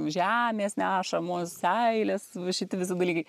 žemės nešamos seilės va šiti visi dalykai